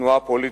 כתנועה פוליטית,